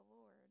Lord